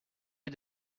est